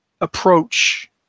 approach